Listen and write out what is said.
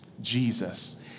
Jesus